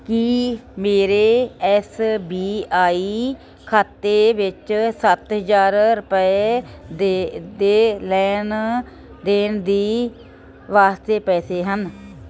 ਕੀ ਮੇਰੇ S B I ਖਾਤੇ ਵਿੱਚ ਸੱਤ ਹਜ਼ਾਰ ਰੁਪਏ ਦੇ ਲੈਣ ਦੇਣ ਦੀ ਵਾਸਤੇ ਪੈਸੇ ਹਨ